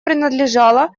принадлежала